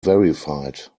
verified